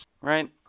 right